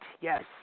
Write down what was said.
Yes